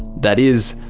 that is,